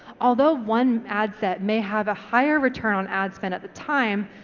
although one ad set may have a higher return on ad spend at the time,